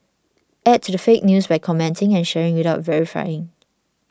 add to the fake news by commenting and sharing without verifying